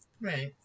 right